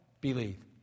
Believe